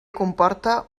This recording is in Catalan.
comporta